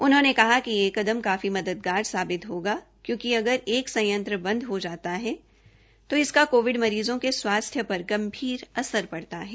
उन्होंने कहा कि यह कदम काफी मददगार साबित होगा क्योंकि अगर एक संयंत्र बदं हो जाता है तो इसका कोविड मरीज़ों के स्वास्थ्य पर गंभीर असर पड़ता है